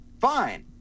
Fine